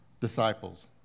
disciples